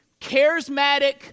charismatic